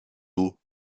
eaux